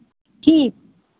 ठीक